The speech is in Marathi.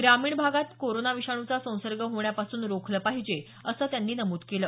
ग्रामीण भागात कोरोना विषाणूचा संसर्ग होण्यापासून रोखलं पाहिजे असं त्यांनी नमूद केलं